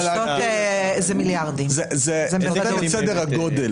זה סדר גודל